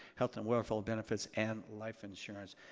health and welfare benefits and life insurance.